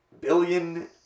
billion